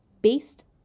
based